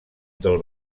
del